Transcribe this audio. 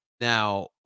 Now